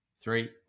Three